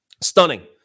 Stunning